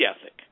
ethic